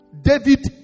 David